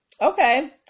Okay